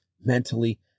mentally